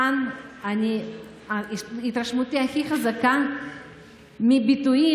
כאן התרשמותי הכי חזקה הייתה מביטויים